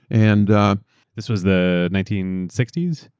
and um this was the nineteen sixty s?